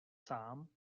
sám